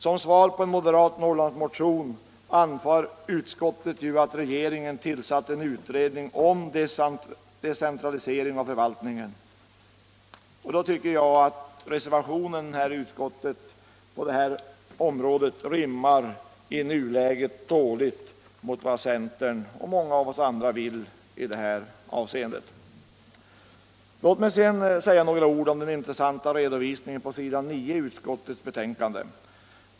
Som svar på en moderat Norrlandsmotion anför utskottet att regeringen tillsatt en utredning om decentralisering av förvaltningen. Centern vill ha beslutsrätt lokalt. Jag tycker därför att reservationen i nuläget rimmar dåligt med vad centern och många av oss andra vill i det här avseendet. Låt mig sedan säga några ord om den intressanta redovisningen på s. 9 i utskottets betänkande.